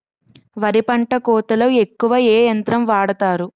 వరి పంట కోతలొ ఎక్కువ ఏ యంత్రం వాడతారు?